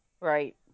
Right